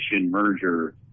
merger